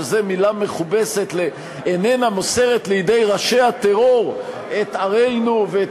שזה מילה מכובסת לאיננה מוסרת לידי ראשי הטרור את ערינו ואת